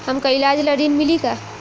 हमका ईलाज ला ऋण मिली का?